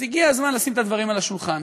אז הגיע הזמן לשים את הדברים על השולחן